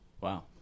Wow